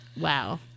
wow